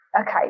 okay